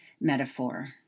metaphor